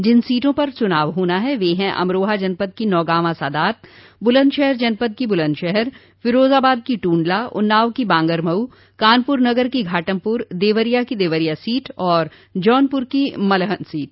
जिन सीटों पर चुनाव होना है वे है अमरोहा जनपद की नौगांवा सादात बुलन्दशहर जनपद की बुलन्दशहर फिरोजाबाद की टूंडला उन्नाव की बांगरमऊ कानपुर नगर की घाटमपुर देवरिया की देवरिया सीट और जौनपुर की मलहन सीट